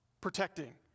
protecting